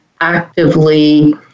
actively